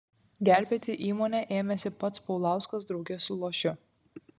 gelbėti įmonę ėmėsi pats paulauskas drauge su lošiu